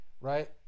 Right